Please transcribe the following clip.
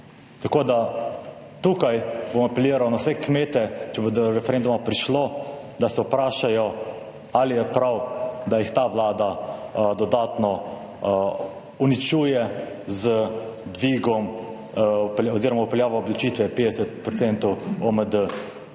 Tako bom tu apeliral na vse kmete, če bo do referenduma prišlo, da se vprašajo, ali je prav, da jih ta Vlada dodatno uničuje z dvigom oziroma vpeljavo 50 % obdavčitve OMD